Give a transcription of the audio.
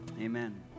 Amen